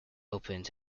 opened